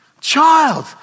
Child